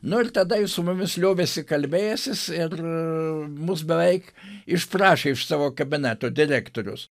nu ir tada jis su mumis liovėsi kalbėjęsis ir mus beveik išprašė iš savo kabineto direktorius